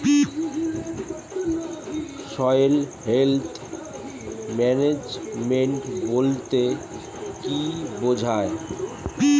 Soil health management বলতে কি বুঝায়?